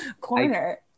corner